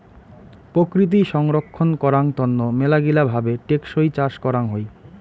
প্রকৃতি সংরক্ষণ করাং তন্ন মেলাগিলা ভাবে টেকসই চাষ করাং হই